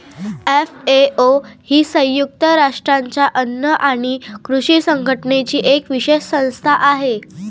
FAO ही संयुक्त राष्ट्रांच्या अन्न आणि कृषी संघटनेची एक विशेष संस्था आहे